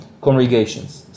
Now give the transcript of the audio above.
congregations